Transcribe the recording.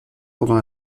pendant